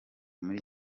muri